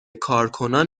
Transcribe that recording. کارکنان